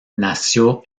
nació